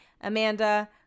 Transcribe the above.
Amanda